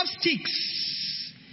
sticks